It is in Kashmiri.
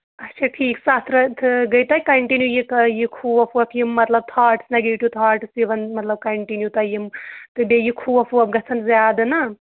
اچھا ٹھیٖک سَتھ رٮ۪تھ گٔیے توہہِ کَنٹِنیوٗ یہِ یہِ خوف ووف یِم مطلب تھاٹٕس نَگیٹِو تھاٹٕس یِوان مطلب کَنٹِنیوٗ تۄہہِ یِم تہٕ بیٚیہِ یہِ خوف ووف گژھان زیادٕ نہ